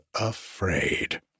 afraid